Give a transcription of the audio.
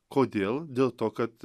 kodėl dėl to kad